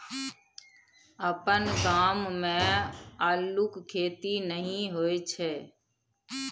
अपन गाम मे अल्लुक खेती नहि होए छै